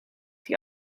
die